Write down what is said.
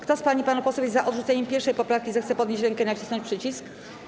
Kto z pań i panów posłów jest za odrzuceniem 1. poprawki, zechce podnieść rękę i nacisnąć przycisk.